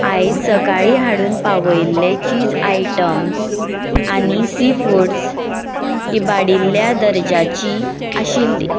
आयज सकाळीं हाडून पावयल्ले चीज आयटम्स आनी सी फुड्स इबाडिल्ल्या दर्जाची आशिल्ली